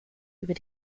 über